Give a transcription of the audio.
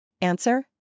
Answer